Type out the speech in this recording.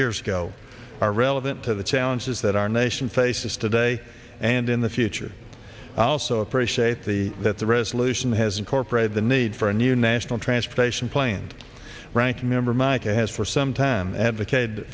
years ago are relevant to the challenges that our nation faces today and in the future i also appreciate the that the resolution has incorporated the need for a new national transportation planed ranking member micah has for some time advocate